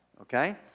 okay